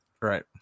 Right